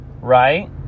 right